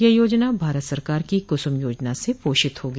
यह योजना भारत सरकार की कुसुम योजना से पोषित होगी